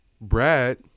Brad